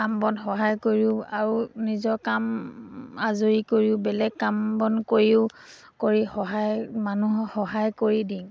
কাম বন সহায় কৰিও আৰু নিজৰ কাম আজৰি কৰিও বেলেগ কাম বন কৰিও কৰি সহায় মানুহক সহায় কৰি দিওঁ